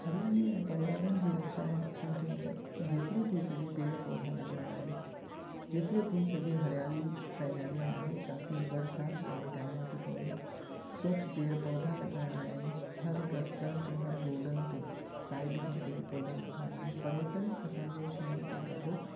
हरियाली ऐं पर्यावरण जी रक्षा लाइ असांखे जेतिरो थी सघे पेड़ पौधा लॻाइणा आहिनि जेतिरो थी सघे हरियाली फहिलाइणी आहे ताकी बरसाति पंहिंजे टाइम ते पवे स्वच्छ पेड़ पौधा लॻाइणा आहिनि हर रस्तनि ते हर रोडनि ते साइड खां पेड़ पौधा लॻाइणा पर्यटन असांजे शहर खे ॾाढो